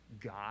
God